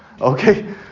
Okay